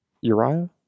Uriah